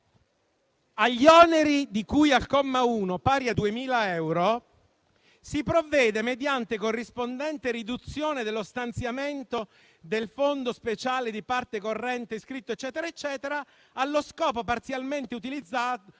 «agli oneri di cui al comma 1, pari a 2.000 euro annui» si provvede mediante corrispondente riduzione dello stanziamento del fondo speciale di parte corrente iscritto (...), «allo scopo parzialmente utilizzando